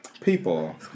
people